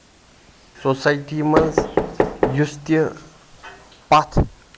society منٛز یُس تہِ پَتھ